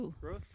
Growth